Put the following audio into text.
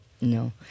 No